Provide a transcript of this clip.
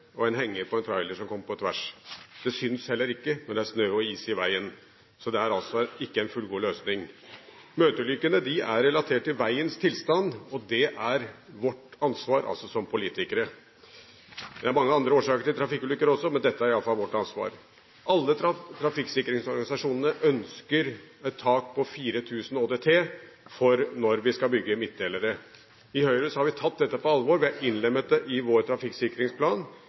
en henger på en trailer som kommer på tvers, det synes heller ikke når det er snø og is i veien. Det er altså ikke en fullgod løsning. Møteulykkene er relatert til veiens tilstand. Det er vårt ansvar, altså som politikere. Det er også mange andre årsaker til trafikkulykker, men dette er i alle fall vårt ansvar. Alle trafikksikringsorganisasjonene ønsker et tak på 4 000 ÅDT for når vi skal bygge midtdelere. I Høyre har vi tatt dette på alvor. Vi har innlemmet det i vår trafikksikringsplan.